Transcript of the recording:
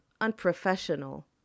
unprofessional